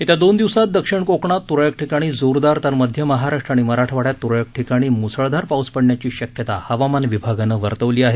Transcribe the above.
येत्या दोन दिवसात दक्षिण कोकणात तुरळक ठिकाणी जोरदार तर मध्य महाराष्ट्र आणि मराठवाड्यात तुरळक ठिकाणी मुसळधार पाऊस पडण्याची शक्यता हवामान विभागानं वर्तवली आहे